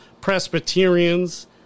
Presbyterians